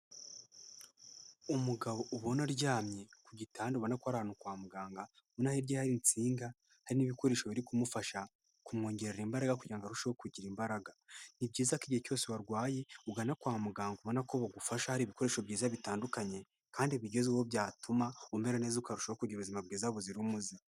Umugabo ubona aryamye ku gitanda, ubona ko ari ahantu kwa mugangabona, ubona hirya ye hari insinga, hari n'ibikoresho biri kumufasha kumwongerera imbaraga kugira ngo arusheho kugira imbaraga. Ni byiza ko igihe cyose warwaye ugana kwa muganga ubona ko bagufasha hari ibikoresho byiza bitandukanye kandi bigezeho byatuma umera neza ukarushaho kugira ubuzima bwiza buzira umuze.